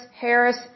Harris